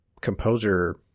composer